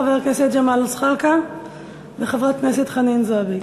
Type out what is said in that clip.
חבר הכנסת ג'מאל זחאלקה וחברת הכנסת חנין זועבי.